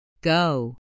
go